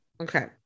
Okay